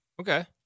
okay